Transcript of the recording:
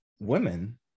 women